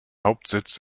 hauptsitz